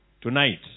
Tonight